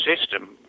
system